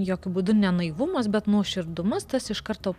jokiu būdu ne naivumas bet nuoširdumas tas iš karto